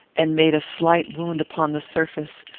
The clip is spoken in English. and made a slight wound upon the surface,